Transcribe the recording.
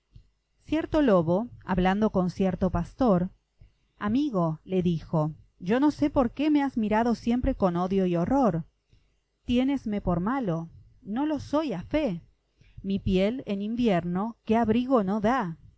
cierto lobo hablando con cierto pastor amigo le dijo yo no sé por qué me has mirado siempre con odio y horror tiénesme por malo no lo soy a fe mi piel en invierno qué abrigo no da